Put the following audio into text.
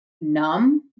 numb